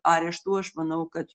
areštų aš manau kad